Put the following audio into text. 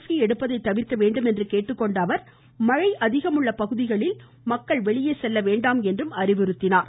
B எடுப்பதை தவிர்க்க வேண்டும் என கேட்டுக்கொண்ட அவர் மழை அதிகம் உள்ள பகுதிகளில் மக்கள் வெளியே செல்லவேண்டாம் எனவும் அறிவுறுத்தினார்